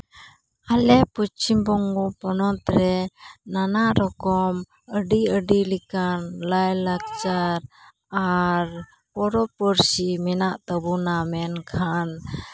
ᱟᱞᱮ ᱯᱚᱥᱪᱤᱢᱵᱚᱝᱜᱚ ᱯᱚᱱᱚᱛ ᱨᱮ ᱱᱟᱱᱟ ᱨᱚᱠᱚᱢ ᱟᱹᱰᱤ ᱟᱹᱰᱤ ᱞᱮᱠᱟᱱ ᱞᱟᱭᱞᱟᱠᱪᱟᱨ ᱟᱨ ᱯᱚᱨᱚᱵᱽ ᱯᱚᱨᱥᱤ ᱢᱮᱱᱟᱜ ᱛᱟᱵᱚᱱᱟ ᱢᱮᱱᱠᱷᱟᱱ